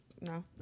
No